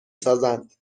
سازند